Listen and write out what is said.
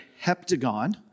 heptagon